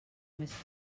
més